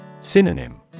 Synonym